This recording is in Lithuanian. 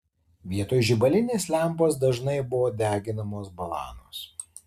vietoj žibalinės lempos dažnai buvo deginamos balanos